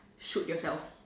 shoot yourself